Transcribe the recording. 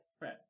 Right